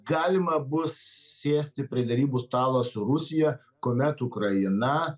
galima bus sėsti prie derybų stalo su rusija kuomet ukraina